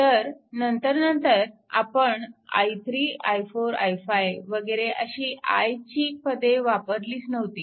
तर नंतरनंतर आपण i3 i4 i5 वगैरे अशी i ची पदे वापरलीच नव्हती